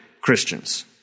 Christians